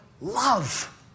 love